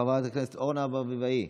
חברת הכנסת אורנה ברביבאי,